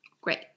Great